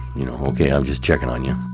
you know, okay, i'm just checking on you.